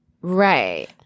right